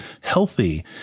healthy